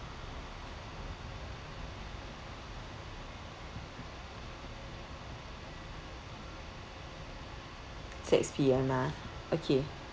six P_M ha